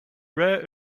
rare